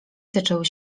zaczęły